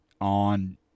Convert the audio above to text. on